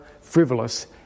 frivolous